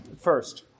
First